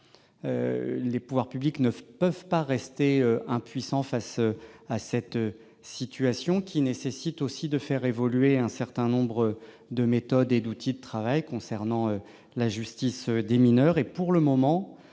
Les pouvoirs publics ne peuvent pas rester impuissants face à cette situation, qui nécessite de faire évoluer un certain nombre de méthodes et d'outils de travail concernant la justice des mineurs.